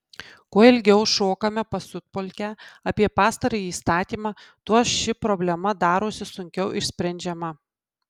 kuo ilgiau šokame pasiutpolkę apie pastarąjį įstatymą tuo ši problema darosi sunkiau išsprendžiama